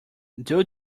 due